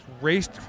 raced